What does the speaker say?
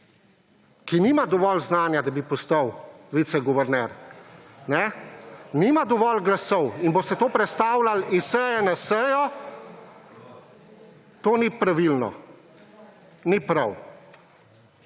ki nima dovolj znanja, da bi postal viceguverner, kajne, nima dovolj glasov in boste to prestavljali s seje na sejo, to ni pravilno, ni prav.